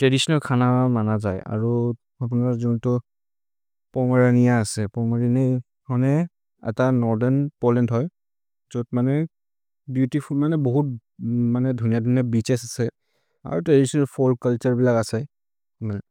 त्रदितिओनल् खन मन जै, अरो जुन्तो पोमेरनिअ असे, पोमेरनिअ होने अत नोर्थेर्न् पोलेन्दर् होइ। जोतो मने बेऔतिफुल् बोहुत् धुनिअ धुने बेअछेस् असे, अरो त्रदितिओनल् फोल्क् चुल्तुरे बिल असे।